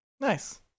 Nice